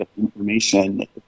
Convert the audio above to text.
information